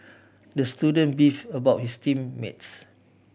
the student beefed about his team mates